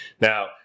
Now